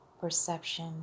perception